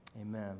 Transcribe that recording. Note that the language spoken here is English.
Amen